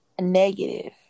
negative